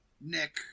Nick